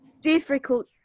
difficult